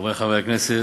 חברי חברי הכנסת,